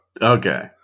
Okay